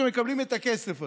שמקבלים את הכסף הזה,